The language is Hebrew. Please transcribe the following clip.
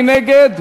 מי נגד?